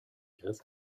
ihres